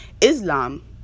Islam